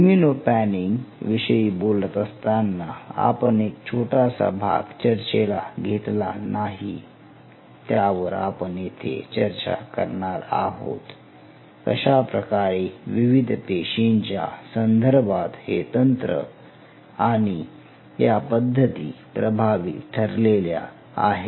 immuno panning विषयी बोलत असताना आपण एक छोटासा भाग चर्चेला घेतला नाही त्यावर आपण येथे चर्चा करणार आहोत कशाप्रकारे विविध पेशींच्या संदर्भात हे तंत्र आणि या पद्धती प्रभावी ठरलेल्या आहेत